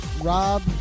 Rob